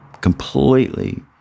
completely